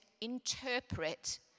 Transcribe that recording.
interpret